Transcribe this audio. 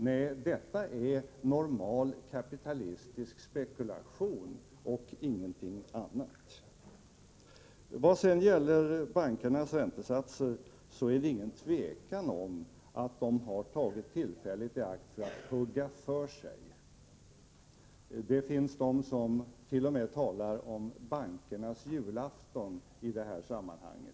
Nej, detta är normal kapitalistisk spekulation och ingenting annat. När det gäller bankernas räntesatser är det inget tvivel om att bankerna har tagit tillfället i akt att hugga för sig. Det finns de som t.o.m. talar om bankernas julafton i detta sammanhang.